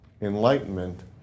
enlightenment